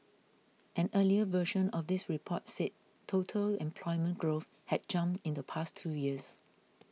an earlier version of this report said total employment growth had jumped in the past two years